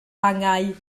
angau